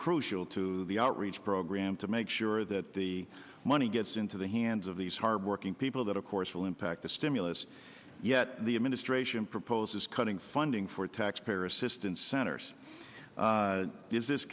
crucial to the outreach program to make sure that the money gets into the hands of these hardworking people that of course will impact the stimulus yet the administration proposes cutting funding for taxpayer assistance centers is this